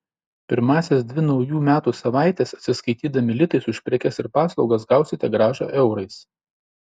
pirmąsias dvi naujų metų savaites atsiskaitydami litais už prekes ir paslaugas gausite grąžą eurais